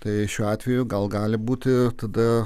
tai šiuo atveju gal gali būti tada